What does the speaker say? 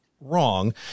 wrong